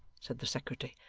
said the secretary,